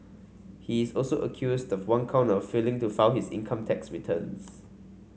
he is also accused of one count of failing to file his income tax returns